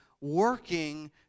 working